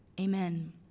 amen